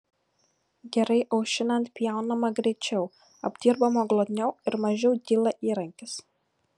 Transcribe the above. gerai aušinant pjaunama greičiau apdirbama glotniau ir mažiau dyla įrankis